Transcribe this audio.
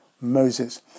Moses